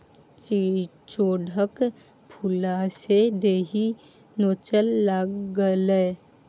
चिचोढ़क फुलसँ देहि नोचय लागलै